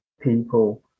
people